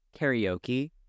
karaoke